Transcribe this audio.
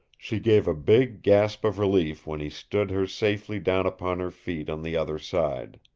she gave a big gasp of relief when he stood her safely down upon her feet on the other side.